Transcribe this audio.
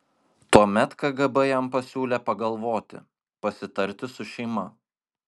tuomet kgb jam pasiūlė pagalvoti pasitarti su šeima